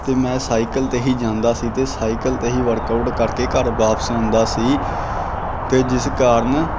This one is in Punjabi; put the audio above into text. ਅਤੇ ਮੈਂ ਸਾਈਕਲ 'ਤੇ ਹੀ ਜਾਂਦਾ ਸੀ ਅਤੇ ਸਾਈਕਲ 'ਤੇ ਹੀ ਵਰਕਆਊਟ ਕਰਕੇ ਘਰ ਵਾਪਸ ਆਉਂਦਾ ਸੀ ਅਤੇ ਜਿਸ ਕਾਰਨ